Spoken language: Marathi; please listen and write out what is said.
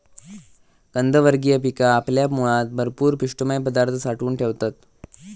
कंदवर्गीय पिका आपल्या मुळात भरपूर पिष्टमय पदार्थ साठवून ठेवतत